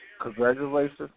Congratulations